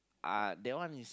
uh that one is